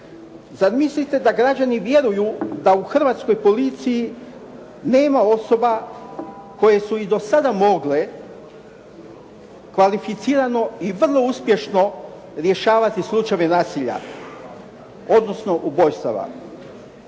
Zar mislite da građani vjeruju da u Hrvatskoj policiji nema osoba koje su i do sada mogle kvalificirano i vrlo uspješno rješavati slučajeve nasilja, odnosno ubojstva.